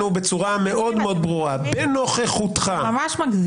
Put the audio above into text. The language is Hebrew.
בצורה מאוד ברורה בנוכחותך -- אתה ממש מגזים.